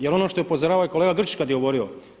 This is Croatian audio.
Jer ono što je upozoravao i kolega Grčić kad je govorio.